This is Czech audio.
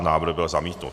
Návrh byl zamítnut.